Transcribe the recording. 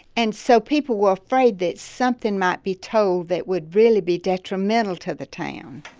and so people were afraid that something might be told that would really be detrimental to the town